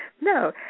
No